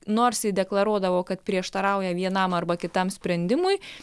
nors ji deklaruodavo kad prieštarauja vienam arba kitam sprendimui